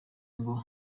ngo